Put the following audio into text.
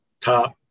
top